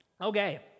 Okay